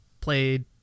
played